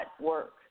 work